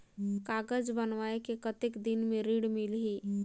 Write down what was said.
कागज बनवाय के कतेक दिन मे ऋण मिलही?